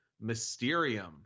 Mysterium